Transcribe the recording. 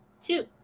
Two